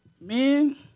Men